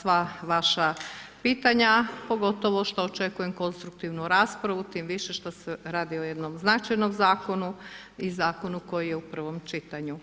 sva vaša pitanja, pogotovo što očekujem konstruktivnu raspravu, tim više što se radi o jednom značajnom zakonu i zakonu koji je u prvom čitanju.